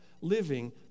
living